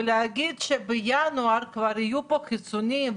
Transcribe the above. ולהגיד שבינואר כבר יהיו פה חיסונים,